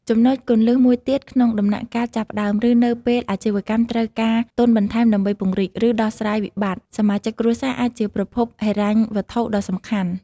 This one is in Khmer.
ចំណុចគន្លឹះមួយទៀត ក្នុងដំណាក់កាលចាប់ផ្តើម ឬនៅពេលអាជីវកម្មត្រូវការទុនបន្ថែមដើម្បីពង្រីក ឬដោះស្រាយវិបត្តិ សមាជិកគ្រួសារអាចជាប្រភពហិរញ្ញវត្ថុដ៏សំខាន់។